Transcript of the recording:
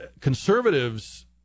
conservatives